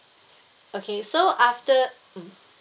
okay so after mm